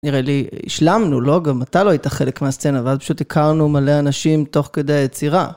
נראה לי השלמנו, לא? גם אתה לא היית חלק מהסצנה, ואז פשוט הכרנו מלא אנשים תוך כדי היצירה.